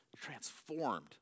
transformed